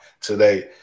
today